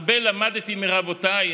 הרבה למדתי מרבותיי,